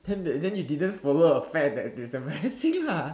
then then you didn't follow a fad that was embarrassing